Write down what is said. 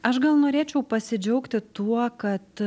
aš gal norėčiau pasidžiaugti tuo kad